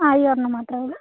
ആ ഈ ഒരെണ്ണം മാത്രമേ ഉള്ളൂ